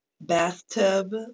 bathtub